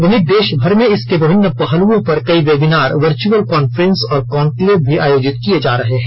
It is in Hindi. वहीं देशभर में इसके विभिन्न पहलुओं पर कई बेबिनार वर्चुअल काफ्रेंस और कॉनक्लेव भी आयोजित किये जा रहे हैं